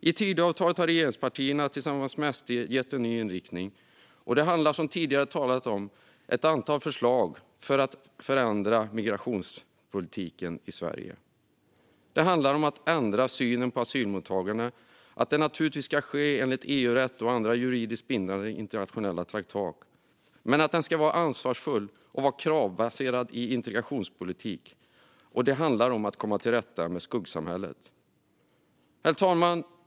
I Tidöavtalet har regeringspartierna tillsammans med SD gett migrationspolitiken en ny inriktning, och det gäller som vi tidigare talat om ett antal förslag för att förändra den i Sverige. Det handlar om att ändra synen på asylmottagande. Det ska naturligtvis ske enligt EU-rätt och andra juridiskt bindande internationella traktat, men ansvarsfullt och med kravbaserad integrationspolitik. Det handlar om att komma till rätta med skuggsamhället. Herr talman!